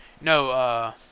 No